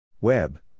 Web